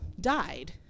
died